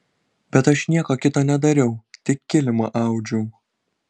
bet aš nieko kito nedariau tik kilimą audžiau